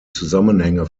zusammenhänge